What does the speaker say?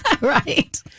Right